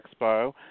Expo